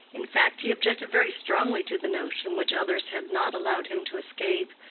in fact, he objected very strongly to the notion, which others had not allowed him to escape,